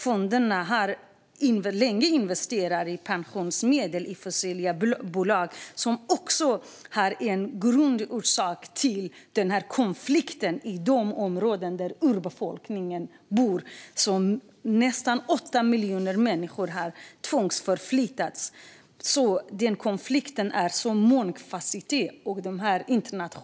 Fonderna har länge investerat pensionsmedel i fossila bolag, som också är en grundorsak till konflikten i de områden där urbefolkningen bor och där nästan åtta miljoner människor har tvångsförflyttats. Denna konflikt är alltså så mångfasetterad.